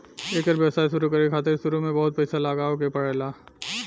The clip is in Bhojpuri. एकर व्यवसाय शुरु करे खातिर शुरू में बहुत पईसा लगावे के पड़ेला